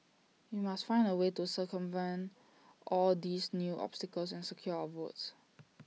we must find A way to circumvent all these new obstacles and secure our votes